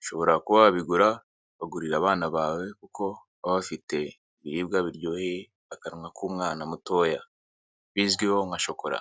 ushobora kuba wabigura, ukagurira abana bawe, kuko baba bafite, ibiribwa biryoheye, akanwa k'umwana mutoya, bizwiho nka shokora.